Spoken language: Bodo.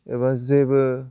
एबा जेबो